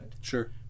Sure